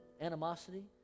animosity